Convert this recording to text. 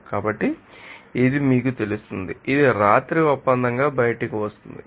కాబట్టి ఇది మీకు తెలుస్తుంది ఇది రాత్రి ఒప్పందంగా బయటకు వస్తుంది